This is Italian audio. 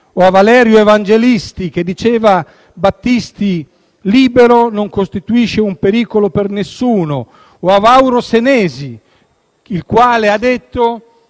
o a Valerio Evangelisti, che diceva che Battisti libero non costituisce un pericolo per nessuno, o a Vauro Senesi, il quale ha detto